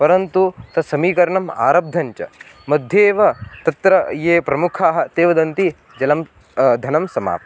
परन्तु तत्समीकरनम् आरब्धञ्च मध्ये एव तत्र ये प्रमुखाः ते वदन्ति जलं धनं समाप्तं